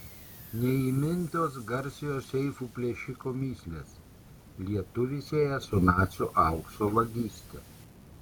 neįmintos garsiojo seifų plėšiko mįslės lietuvį sieja su nacių aukso vagyste